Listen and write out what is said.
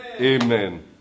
Amen